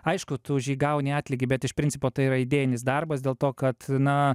aišku tu už jį gauni atlygį bet iš principo tai yra idėjinis darbas dėl to kad na